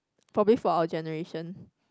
probably for our generation